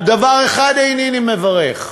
על דבר אחד אינני מברך,